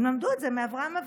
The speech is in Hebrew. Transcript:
הם למדו את זה מאברהם אבינו.